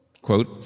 quote